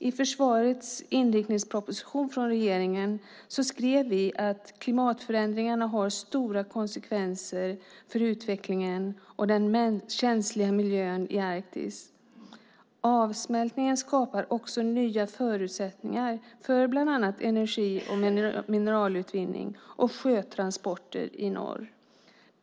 I försvarets inriktningsproposition från regeringen skrev vi att klimatförändringarna har stora konsekvenser för utvecklingen och den känsliga miljön i Arktis. Avsmältningen skapar också nya förutsättningar för bland annat energi och mineralutvinning och sjötransporter i norr.